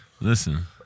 Listen